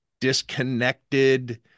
Disconnected